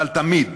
אבל תמיד,